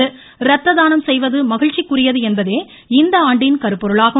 ரத்த தானம் செய்வது மகிழ்ச்சிக்குரியது என்பதே இந்த ஆண்டின் கருப்பொருளாகும்